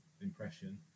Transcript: impression